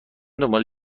دنبال